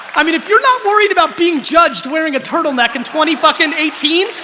i mean if you're not worried about being judged wearing a turtleneck in twenty fucking eighteen,